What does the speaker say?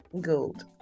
Gold